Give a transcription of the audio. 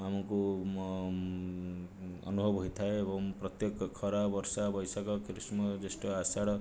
ଆମକୁ ଅନୁଭବ ହୋଇଥାଏ ଏବଂ ପ୍ରତ୍ୟେକ ଖରା ବର୍ଷା ବୈଶାଖ ଗ୍ରୀଷ୍ମ ଜ୍ୟଷ୍ଠ ଅଷାଢ଼